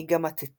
היא גם עטתה